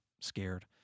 scared